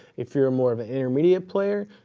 if you're more of a intermediate player,